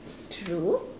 true